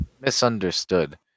misunderstood